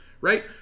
right